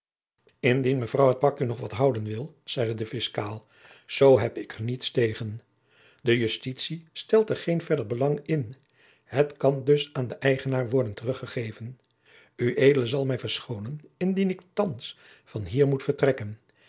indien mevrouw het pakje nog wat houden wil zeide de fiscaal zoo heb ik er niets tegen de justitie stelt er geen verder belang in het kan dus aan den eigenaar worden teruggegeven ued zal mij verschoonen indien ik thands van hier moet vertrekken